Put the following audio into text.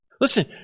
Listen